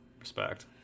Respect